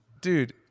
Dude